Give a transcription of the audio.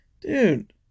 Dude